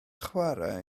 chwarae